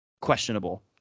questionable